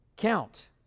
count